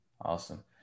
Awesome